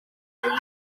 barhau